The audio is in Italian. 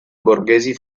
borghesi